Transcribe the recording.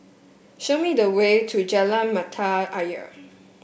show me the way to Jalan Mata Ayer